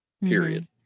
period